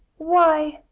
why!